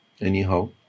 Anyhow